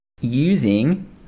using